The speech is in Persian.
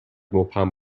مبهم